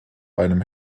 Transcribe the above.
einem